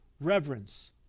reverence